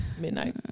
midnight